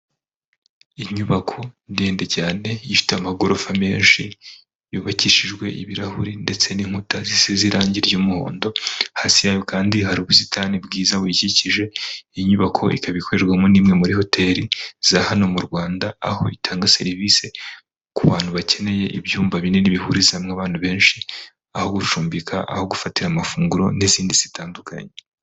Inyubako ndende cyane ifite amagorofa menshi, yubakishijwe ibirahuri ndetse n'inkuta zisize irange ry'umuhondo, hasi yayo kandi hari ubusitani bwiza buyikikije, iyi nyubako ikaba ikorerwamo n'imwe muri hoteli za hano mu Rwanda, aho itanga serivise ku bantu bakeneye ibyumba binini bihuriza hamwe abantu benshi, aho gucumbika, aho gufatira amafunguro n'izindi zitandukanye.